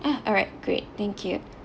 ah all right great thank you